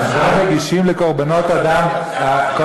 אתה רוצה לתת להם את התקווה,